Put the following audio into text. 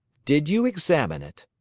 did you examine it?